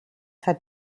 had